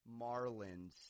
Marlins